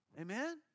Amen